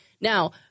Now